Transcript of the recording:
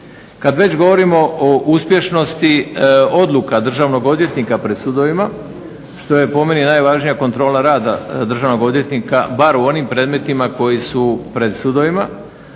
Kad već govorimo o uspješnosti odluka državnog odvjetnika pred sudovima što je po meni najvažnija kontrola rada državnog odvjetnika, bar u onim predmetima koji su pred sudovima,